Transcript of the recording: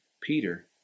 Peter